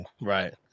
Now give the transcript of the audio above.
Right